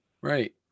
Right